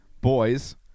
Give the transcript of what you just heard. Boys